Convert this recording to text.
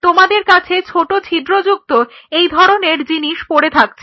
তাহলে তোমাদের কাছে ছোট ছিদ্র যুক্ত এই ধরনের জিনিস পড়ে থাকছে